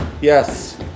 Yes